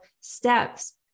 steps